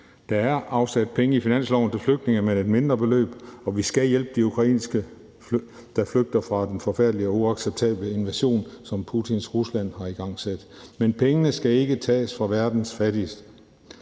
Der er afsat penge i finansloven til flygtninge med et mindre beløb, og vi skal hjælpe ukrainere, der flygter fra den forfærdelige og uacceptable invasion, som Putins Rusland har igangsat. Men pengene skal ikke tages fra verdens fattigste.